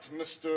Mr